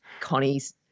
Connie's